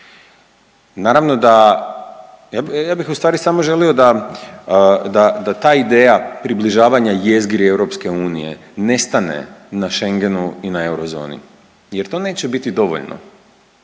Naravno da, ja bih ustvari samo želio da ta ideja približavanja jezgri EU ne stane na Schengenu i na eurozoni jer to neće biti dovoljno.